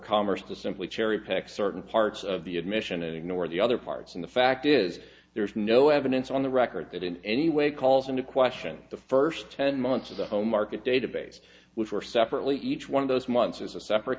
commerce to simply cherry pick certain parts of the admission and ignore the other parts and the fact is there's no evidence on the record that in any way calls into question the first ten months of the home market database which were separately each one of those months is a separate